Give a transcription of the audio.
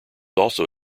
also